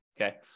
Okay